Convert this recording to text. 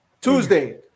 Tuesday